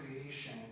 creation